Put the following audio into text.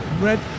red